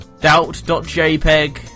Doubt.jpg